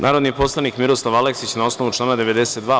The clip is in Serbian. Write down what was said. Narodni poslanik Miroslav Aleksić, na osnovu člana 92.